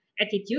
attitude